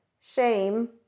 shame